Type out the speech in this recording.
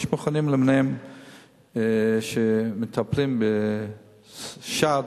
יש מכונים למיניהם שמטפלים בשד,